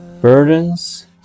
Burdens